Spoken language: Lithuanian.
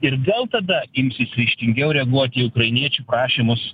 ir gal tada imsis ryžtingiau reaguot į ukrainiečių prašymus